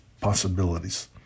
possibilities